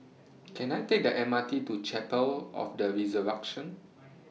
Can I Take The M R T to Chapel of The Resurrection